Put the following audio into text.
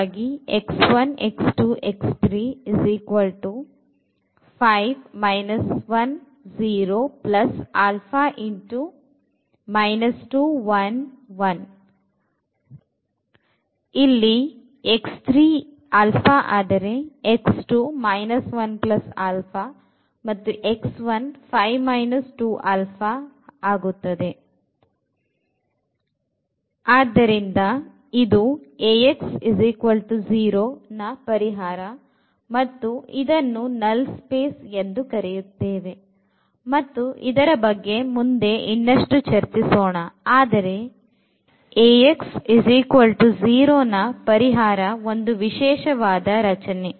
ಆದ್ದರಿಂದ ಇದು Ax0 ರ ಪರಿಹಾರ ಮತ್ತು ಇದನ್ನು ನಲ್ ಸ್ಪೇಸ್ ಎಂದು ಕರೆಯುತ್ತೇವೆ ಮತ್ತು ಇದರ ಬಗ್ಗೆ ಮುಂದೆ ಇನ್ನಷ್ಟು ಚರ್ಚಿಸೋಣ ಆದರೆ Ax0 ರ ಪರಿಹಾರ ಒಂದು ವಿಶೇಷವಾದ ರಚನೆ